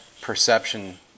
perception